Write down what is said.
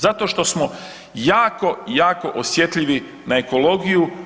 Zato što smo jako, jako osjetljivi na ekologiju.